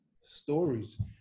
stories